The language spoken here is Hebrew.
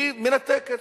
היא מנתקת.